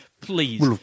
Please